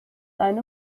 eine